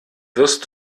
wirst